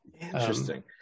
interesting